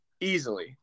Easily